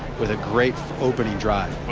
with a great opening drive.